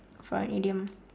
for an idiom